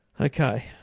Okay